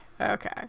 okay